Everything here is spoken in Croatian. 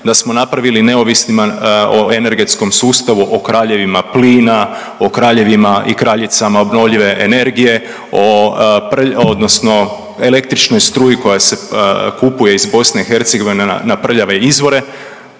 da smo napravili neovisnima o energetskom sustavu o kraljevima plina, o kraljevima i kraljicama obnovljive energije, odnosno električnoj struji koja se kupuje iz Bosne i Hercegovine na prljave izvore.